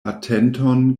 atenton